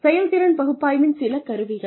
செயல்திறன் பகுப்பாய்வின் சில கருவிகள்